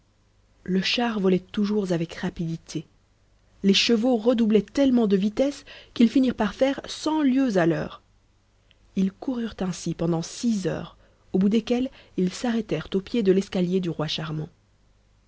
le char volait toujours avec rapidité les chevaux redoublaient tellement de vitesse qu'ils finirent par faire cent lieues à l'heure ils coururent ainsi pendant six heures au bout desquelles ils s'arrêtèrent au pied de l'escalier du roi charmant